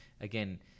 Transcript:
again